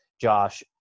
Josh